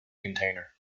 container